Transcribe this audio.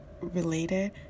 related